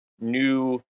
new